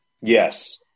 Yes